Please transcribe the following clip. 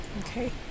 Okay